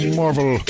marvel